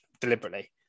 deliberately